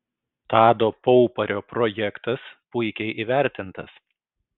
tado paupario projektas puikiai įvertintas